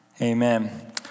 amen